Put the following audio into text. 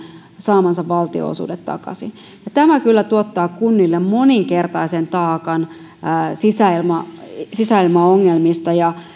saamansa valtionosuudet takaisin tämä kyllä tuottaa kunnille moninkertaisen taakan sisäilmaongelmista ja